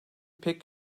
pek